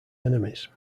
enemies